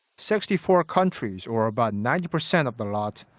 sixty four countries, or about ninety percent of the lot.